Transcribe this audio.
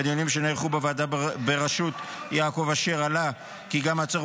בדיונים שנערכו בוועדה בראשות יעקב אשר עלה גם הצורך